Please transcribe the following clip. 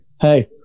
Hey